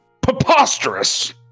Preposterous